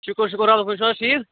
شُکر شُکر آ تُہۍ چھِو حظ ٹھیٖک